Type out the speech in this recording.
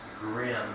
grim